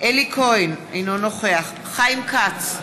אלי כהן, אינו נוכח חיים כץ,